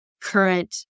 current